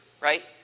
right